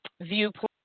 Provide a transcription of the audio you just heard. viewpoint